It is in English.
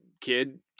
kid